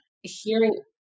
hearing